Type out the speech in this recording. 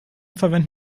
verwenden